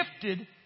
gifted